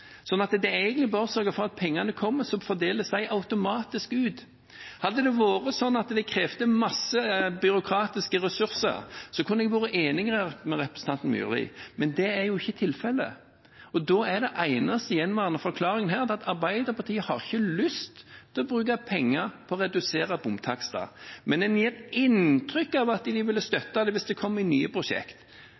det er egentlig bare å sørge for at pengene kommer, så fordeles de automatisk ut. Hadde det vært slik at det krevde store byråkratiske ressurser, kunne jeg vært enig med representanten Myrli, men det er ikke tilfellet. Da er den eneste gjenværende forklaringen at Arbeiderpartiet ikke har lyst til å bruke penger på å redusere bomtakster, men de gir inntrykk av at de ville støttet det hvis det gjaldt nye